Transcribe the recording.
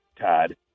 Todd